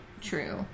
True